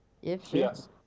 Yes